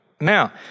Now